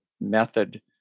method